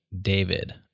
David